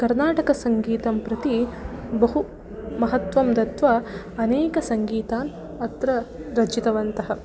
कर्नाटकसङ्गीतं प्रति बहु महत्त्वं दत्वा अनेकसङ्गीतान् अत्र रचितवन्तः